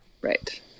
Right